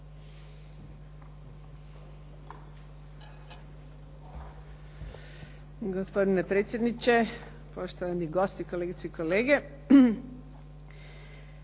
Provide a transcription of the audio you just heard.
Hvala vam